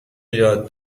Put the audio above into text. یاد